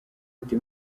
ati